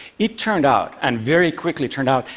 it turned out, and very quickly turned out,